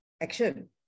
action